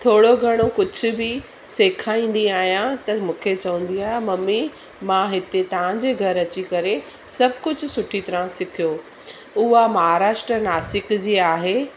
थोरो घणो कुझु बि सेखारींदी आहियां त मूंखे चवंदी आहे ममी मां हिते तव्हांजे घरु अची करे सभु कुझु सुठी तरह सिखियो उहा महाराष्ट्र नासिक जी आहे